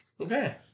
Okay